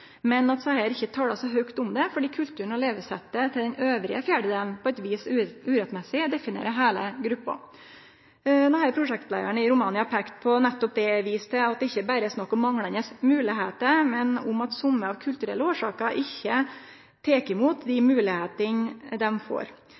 men at desse ikkje talar så høgt om det, fordi kulturen og levesettet til den siste fjerdedelen på eit vis grunnlaust definerer heile gruppa. Denne prosjektleiaren i Romania peikte på nettopp det eg viste til, at det ikkje berre er snakk om manglande moglegheiter, men om at somme av kulturelle årsaker ikkje tek imot dei